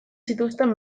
zituzten